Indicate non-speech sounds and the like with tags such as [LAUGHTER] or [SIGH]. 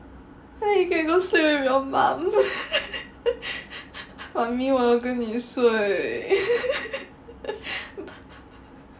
then you can go sleep with your mum [LAUGHS] mummy 我要跟你睡 [LAUGHS]